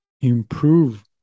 improve